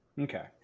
Okay